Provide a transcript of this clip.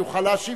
יוכל להשיב,